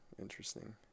Interesting